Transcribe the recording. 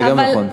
גם זה נכון.